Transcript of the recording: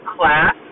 class